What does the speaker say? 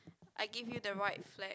I give you the right flag